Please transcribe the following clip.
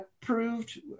proved